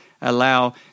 allow